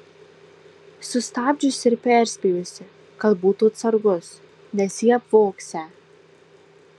sustabdžiusi ir perspėjusi kad būtų atsargus nes jį apvogsią